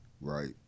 Right